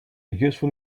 useful